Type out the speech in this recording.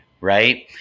right